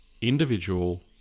individual